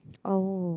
oh